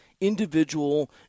individual